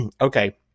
okay